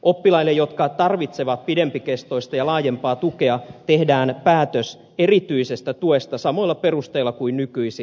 oppilaille jotka tarvitsevat pidempikestoista ja laajempaa tukea tehdään päätös erityisestä tuesta samoilla perusteilla kuin nykyisin